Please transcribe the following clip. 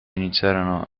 iniziarono